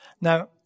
Now